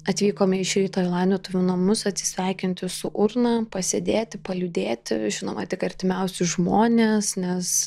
atvykome iš ryto į laidotuvių namus atsisveikinti su urna pasėdėti paliūdėti žinoma tik artimiausius žmones nes